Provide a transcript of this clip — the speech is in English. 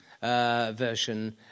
version